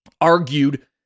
argued